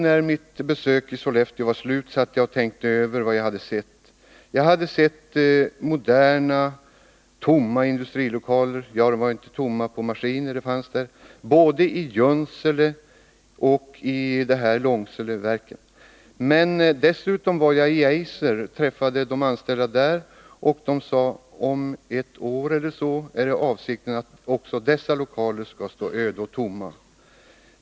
När mitt besök i Sollefteå var slut satt jag och tänkte över vad jag hade sett. Jag hade sett moderna, tomma industrilokaler — fast inte tomma på maskiner, för de fanns där — både i Junsele och Långsele. Dessutom var jag på Eiser och träffade de anställda där. De sade att avsikten är att om ett år eller så också dessa lokaler skall stå öde och tomma.